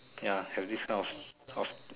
ya have this kind of of